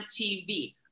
TV